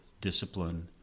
discipline